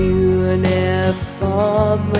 uniform